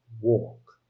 walk